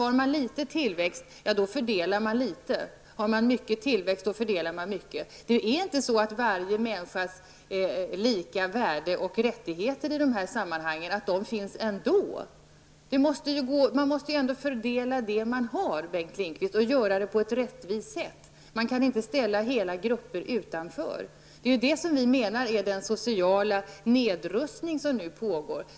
Om tillväxten är liten, ja, då fördelar man litet. Om tillväxten är stor, ja, då fördelar man mycket. Det är inte så, att varje människas lika värde och rättigheter i dessa sammanhang gäller ändå. Men man måste väl ändå fördela det som finns, Bengt Lindqvist, och göra det på ett rättvist sätt. Hela grupper kan inte ställas utanför. Det är det som vi avser när vi talar om den sociala nedrustning som nu pågår.